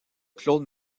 claude